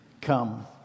come